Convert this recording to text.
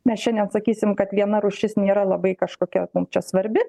mes šiandien sakysim kad viena rūšis nėra labai kažkokia nu čia svarbi